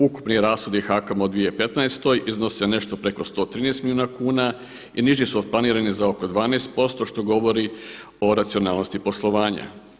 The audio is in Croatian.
Ukupni rashodi HAKOM-a u 2015. iznose nešto preko 113 milijuna kuna i niži su od planiranih za oko 12% što govori o racionalnosti poslovanja.